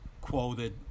quoted